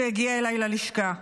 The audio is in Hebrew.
שהגיע אליי ללשכה.